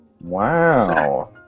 Wow